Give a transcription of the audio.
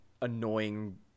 annoying